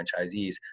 franchisees